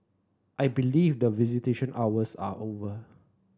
I believe that visitation hours are over